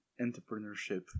entrepreneurship